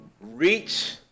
reach